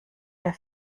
der